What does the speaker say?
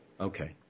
Okay